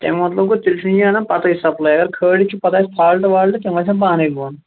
تَمِیُٛک مطلب گوٚو تیٚلہِ چھُ یہِ نیران پَتے سَپلے اگر کھٲلِتھ چھُ پَتہٕ آسہِ فالٹ والٹ تِم وَسان پانے بۅن